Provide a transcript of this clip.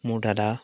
মোৰ দাদা